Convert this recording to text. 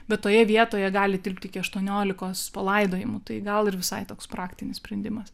bet toje vietoje gali tilpti iki aštuoniolikos palaidojimų tai gal ir visai toks praktinis sprendimas